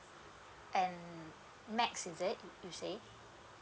and math is it you say